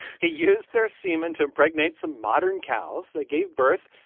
he used their semen to impregnate some modern cows. they gave birth.